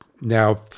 now